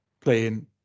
playing